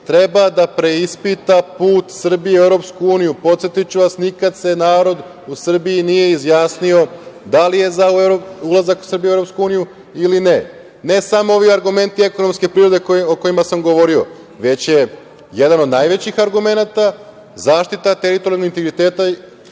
treba da preispita put Srbije u Evropsku uniju. Podsetiću vas, nikada se narod u Srbiji nije izjasnio da li je za ulazak Srbije u Evropsku uniju ili ne, ne samo ovi argumenti ekonomske prirode, o kojima sam govorio, već je jedan od najvećih argumenata zaštita teritorijalnog integriteta